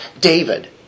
David